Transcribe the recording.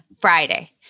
Friday